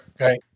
Okay